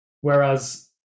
whereas